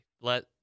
let